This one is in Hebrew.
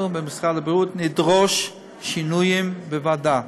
שאנחנו במשרד הבריאות נדרוש שינויים בוועדה.